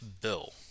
bill